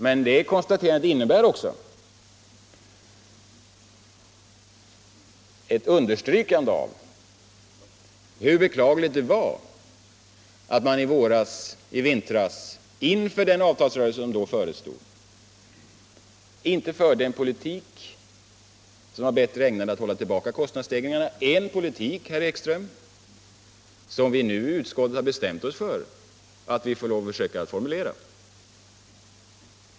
Men det konstaterandet innebär också ett understrykande av hur beklagligt det var att man i vintras, inför den avtalsrörelse som då förestod, inte förde en politik som var bättre ägnad att hålla tillbaka kostnadsstegringarna — en politik, herr Ekström, som vi nu i utskottet har bestämt oss för att vi måste försöka formulera!